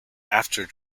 after